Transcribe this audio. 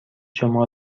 شما